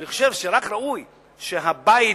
אני חושב שראוי שהבית